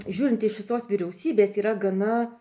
žiūrint iš visos vyriausybės yra gana